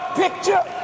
picture